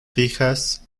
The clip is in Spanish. fijas